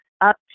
up